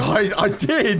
i did.